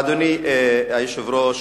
אדוני היושב-ראש,